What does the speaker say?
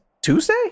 Tuesday